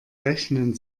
rechnen